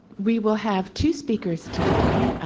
we will have two speakers today,